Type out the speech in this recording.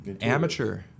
amateur